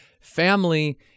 Family